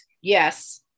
Yes